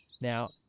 Now